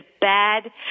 bad